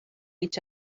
each